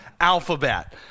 Alphabet